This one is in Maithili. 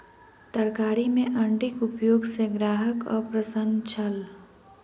तरकारी में अण्डीक उपयोग सॅ ग्राहक अप्रसन्न छल